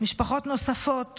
משפחות נוספות